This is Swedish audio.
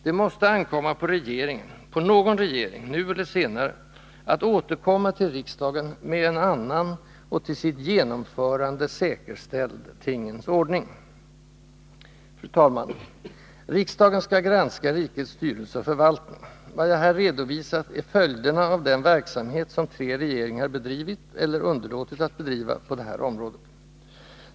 Det måste ankomma på regeringen, på någon regering nu eller senare, att återkomma till riksdagen med en annan och till sitt genomförande säkerställd tingens ordning. Fru talman! Riksdagen skall granska rikets styrelse och förvaltning. Vad jag här redovisat är följderna av den verksamhet som tre regeringar bedrivit — eller underlåtit att bedriva — på det här området.